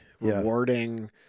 rewarding